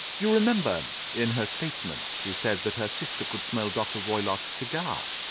you remember in her statement she said that her sister could smell dr. roylott's cigar.